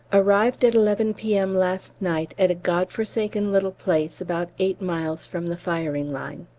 arrived at eleven p m. last night at a god-forsaken little place about eight miles from the firing line.